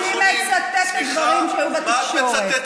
אני מצטטת דברים שהיו בתקשורת.